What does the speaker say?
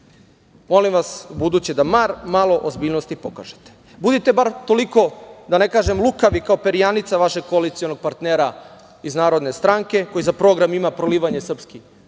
vas da u buduće bar malo ozbiljnosti pokažete. Budite bar toliko, da ne kažem lukavi, kao perjanica vašeg koalicionog partnera iz Narodne stranke, koji za program ima prolivanje srpske